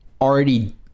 already